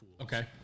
okay